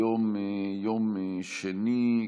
היום יום שני,